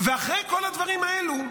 ואחרי כל הדברים האלה,